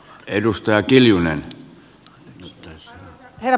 arvoisa herra puhemies